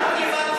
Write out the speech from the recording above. מה זה רלוונטי?